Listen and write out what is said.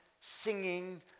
singing